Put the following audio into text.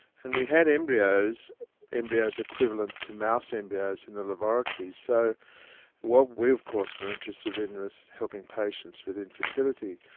and we had embryos embryos equivalent to mouse embryos in the laboratory, so what we of course were interested in was helping patients with infertility.